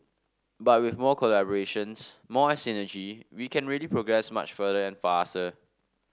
but with more collaborations more synergy we can really progress much further and faster